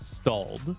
stalled